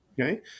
Okay